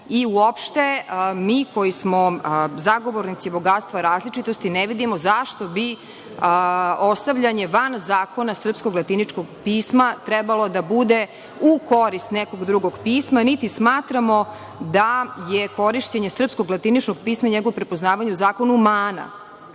i uopšte mi koji smo zagovornici bogatstva različitosti ne vidimo zašto bi ostavljanje van zakona srpskog latiničnog pisma trebalo da bude u korist nekog drugog pisma niti smatramo da je korišćenje srpskog latiničnog pisma i njegovo prepoznavanje zakona.